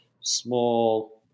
small